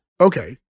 Okay